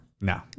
No